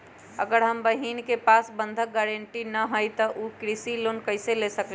अगर हमर बहिन के पास बंधक गरान्टी न हई त उ कृषि ऋण कईसे ले सकलई ह?